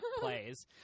plays